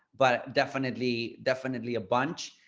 but definitely, definitely a bunch.